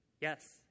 Yes